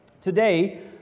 Today